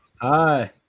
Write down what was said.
Hi